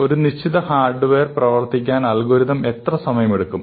ഒരു നിശ്ചിത ഹാർഡ്വെയർ പ്രവർത്തിപ്പിക്കാൻ അൽഗോരിതം എത്ര സമയമെടുക്കും